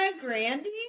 Grandy